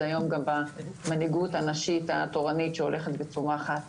זה היום גם במנהיגות הנשית התורנית שהולכת וצומחת.